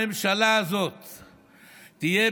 הממשלה הזאת תהיה,